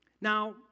Now